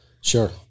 Sure